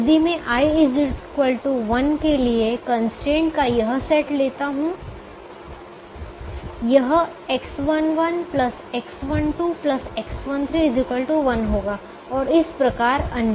यदि मैं i 1 के लिए कंस्ट्रेंट का यह सेट लेता हूं यह X11 X12 X13 1 होगा और इस प्रकार अन्य